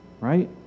Right